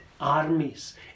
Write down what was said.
armies